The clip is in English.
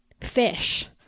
fish